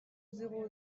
zéro